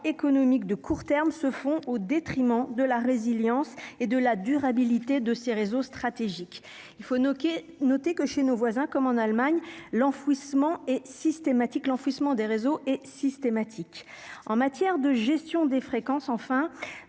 économiques de court terme se font au détriment de la résilience et de la durabilité de ces réseaux stratégiques il faut Nokia, notez que chez nos voisins, comme en Allemagne, l'enfouissement et systématique, l'enfouissement des réseaux et systématique en matière de gestion des fréquences enfin